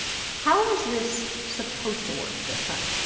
how was this supposed to work this time?